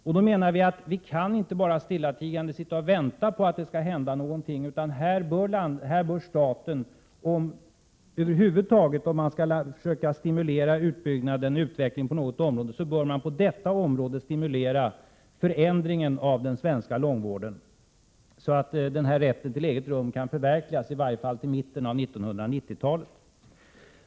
Därför menar vi att vi inte bara kan sitta stillatigande och vänta på att någonting skall hända, utan här bör staten — om man över huvud taget skall försöka stimulera utbyggnaden eller utvecklingen på något område — stimulera förändringen av den svenska långvården. På det sättet kan rätten till eget rum bli verklighet, i varje fall till mitten av 1990-talet.